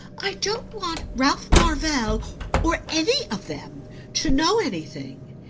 i don't want ralph marvell or any of them to know anything.